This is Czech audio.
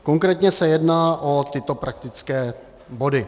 Konkrétně se jedná o tyto praktické body: